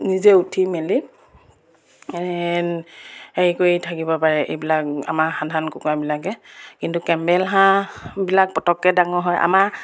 নিজে উঠি মেলি হেৰি কৰি থাকিব পাৰে এইবিলাক আমাৰ সাধাৰণ কুকুৰাবিলাকে কিন্তু কেমেল হাঁহবিলাক পটককৈ ডাঙৰ হয় আমাৰ